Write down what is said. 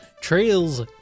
Trails